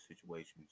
situations